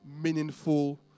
meaningful